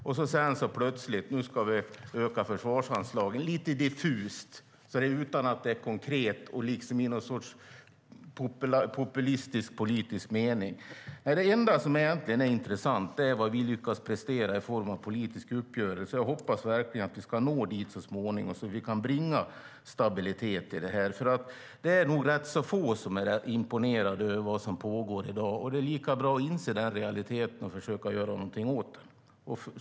Sedan ska man plötsligt öka försvarsanslagen, lite diffust och utan att det är konkret. Det är i någon sorts populistisk politisk mening. Det enda som egentligen är intressant är vad vi lyckas prestera i form av en politisk uppgörelse. Jag hoppas verkligen att vi ska nå dit så småningom, så att vi kan bringa stabilitet i det här. Det är nog rätt få som är imponerade av vad som pågår i dag, och det är lika bra att inse den realiteten och försöka göra någonting åt det.